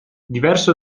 diverso